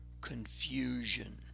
confusion